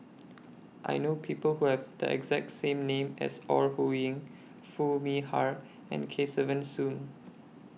I know People Who Have The exact same name as Ore Huiying Foo Mee Har and Kesavan Soon